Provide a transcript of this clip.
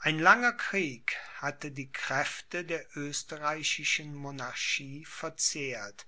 ein langer krieg hatte die kräfte der österreichischen monarchie verzehrt